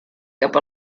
cap